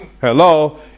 Hello